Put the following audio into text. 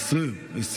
הסרנו את ההסתייגויות.